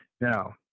Now